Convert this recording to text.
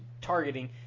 targeting